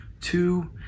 two